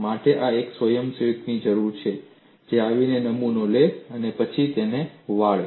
મારે એક સ્વયંસેવકની જરૂર છે જે આવીને નમૂનો લે અને પછી તેને વાળે